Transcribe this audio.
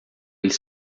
ele